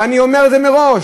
ואני אומר מראש: